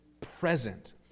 present